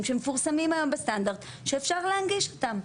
שמפורסמים היום בסטנדרט שאפשר להנגיש אותם?